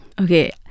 Okay